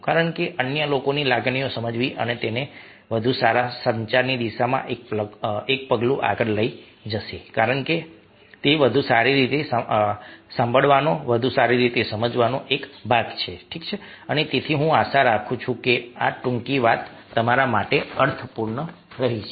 કારણ કે અન્ય લોકોની લાગણીઓને સમજવી તમને વધુ સારા સંચારની દિશામાં એક પગલું આગળ લઈ જશે કારણ કે તે વધુ સારી રીતે સાંભળવાનો વધુ સારી રીતે સમજવાનો એક ભાગ છે અને તેથી હું આશા રાખું છું કે આ ટૂંકી વાત તમારા માટે અર્થપૂર્ણ રહી છે